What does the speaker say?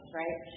right